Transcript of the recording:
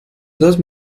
dos